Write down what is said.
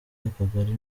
akagari